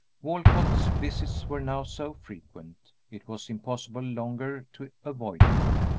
walcott's visits were now so frequent it was impossible longer to avoid him.